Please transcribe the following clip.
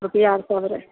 रुपैआ सब रहए